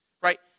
Right